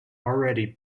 already